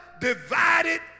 divided